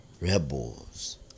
rebels